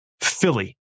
Philly